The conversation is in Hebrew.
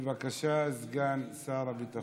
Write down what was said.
בבקשה, סגן שר הביטחון.